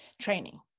training